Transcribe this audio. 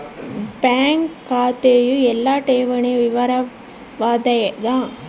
bank ಖಾತೆಯು ಎಲ್ಲ ಠೇವಣಿ ವಿವರ ವಾಗ್ಯಾದ